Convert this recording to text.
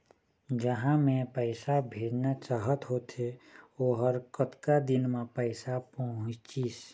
जहां मैं पैसा भेजना चाहत होथे ओहर कतका दिन मा पैसा पहुंचिस?